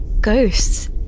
Ghosts